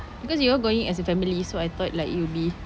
because you all going as a family so I thought like you'll be